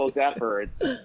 efforts